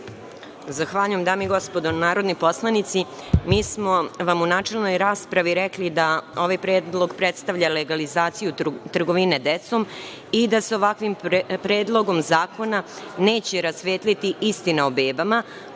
Zahvaljujem. Dame i gospodo narodni poslanici, mi smo vam u načelnoj raspravi rekli da ovaj predlog predstavlja legalizaciju trgovine decom i da se ovakvim predlogom zakona neće rasvetliti istina o bebama